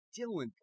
Dylan